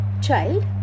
Child